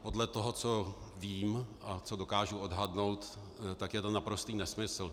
Podle toho, co vím a co dokážu odhadnout, tak je to naprostý nesmysl.